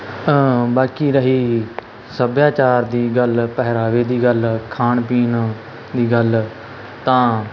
ਬਾਕੀ ਰਹੀ ਸੱਭਿਆਚਾਰ ਦੀ ਗੱਲ ਪਹਿਰਾਵੇ ਦੀ ਗੱਲ ਖਾਣ ਪੀਣ ਦੀ ਗੱਲ ਤਾਂ